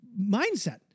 mindset